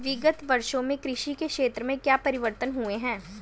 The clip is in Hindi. विगत वर्षों में कृषि के क्षेत्र में क्या परिवर्तन हुए हैं?